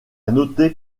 noter